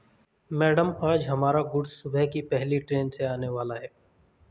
madam आज हमारा goods सुबह की पहली ट्रैन से आने वाला है